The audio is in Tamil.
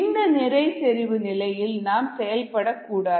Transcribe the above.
இந்த நிறைச்செறிவு நிலையில் நாம் செயல்படக்கூடாது